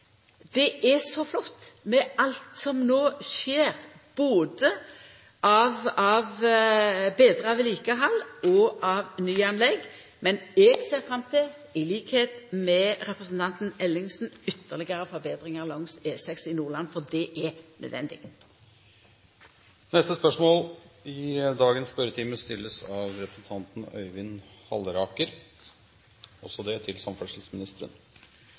det er så flott med alt som no skjer både av betra vedlikehald og av nyanlegg. Men eg ser fram til, til liks med representanten Ellingsen, ytterlegare forbetringar langs E6 i Nordland, for det er